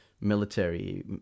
military